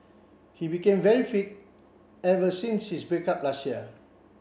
he became very fit ever since his break up last year